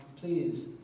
Please